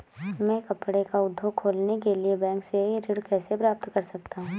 मैं कपड़े का उद्योग खोलने के लिए बैंक से ऋण कैसे प्राप्त कर सकता हूँ?